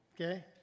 Okay